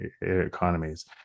economies